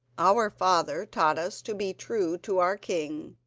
our father taught us to be true to our king,